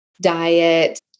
diet